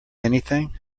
anything